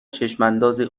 چشماندازی